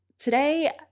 Today